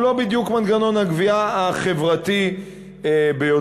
הוא לא בדיוק מנגנון הגבייה החברתי ביותר.